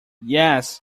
yes